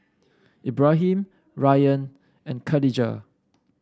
Ibrahim Ryan and Khadija